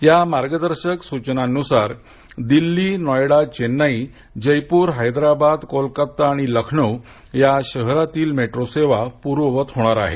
या मागर्दर्शक सूचनांनुसार दिल्ली नोइडा चेन्नई जयपूर हैदराबाद कोलकाता आणि लखनौ या शहरातील मेट्रो सेवा पूर्ववत होणार आहे